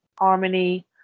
Harmony